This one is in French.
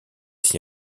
s’y